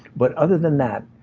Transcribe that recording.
but other than that,